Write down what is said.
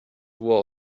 was